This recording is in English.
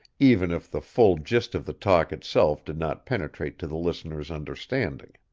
even if the full gist of the talk itself did not penetrate to the listener's understanding.